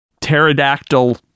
pterodactyl